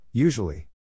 Usually